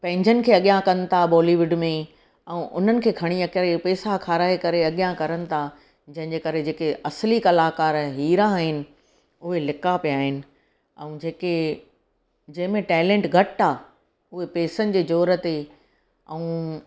पंहिंजनि खे अॻियां कनि था बॉलीवुड में ऐं उन्हनि खे खणीअ करे पैसा खाराए करे अॻियां करनि था जंहिं जे करे जेके असली कलाकार आहिनि हीरा आहिनि उहे लिका पिया आहिनि ऐं जेके जंहिं में टेलेंट घटि आहे उहे पैसनि जे ज़ोर ते ऐं